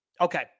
Okay